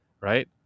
Right